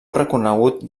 reconegut